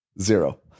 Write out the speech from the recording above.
zero